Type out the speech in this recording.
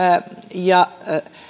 ja